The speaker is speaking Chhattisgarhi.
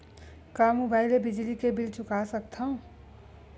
का मुबाइल ले बिजली के बिल चुका सकथव?